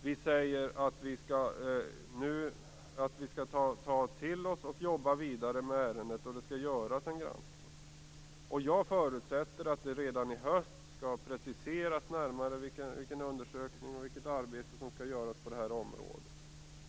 Vi säger nu att vi skall ta till oss och jobba vidare med ärendet och att det skall göras en granskning. Jag förutsätter att det redan i höst närmare skall preciseras vilken undersökning och vilket arbete som skall göras på detta område.